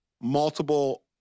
multiple